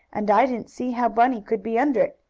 and i didn't see how bunny could be under it,